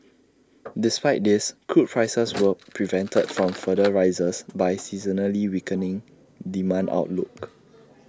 despite this crude prices were prevented from further rises by A seasonally weakening demand outlook